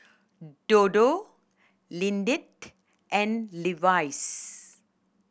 Dodo Lindt and Levi's